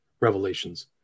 Revelations